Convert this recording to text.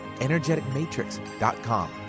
energeticmatrix.com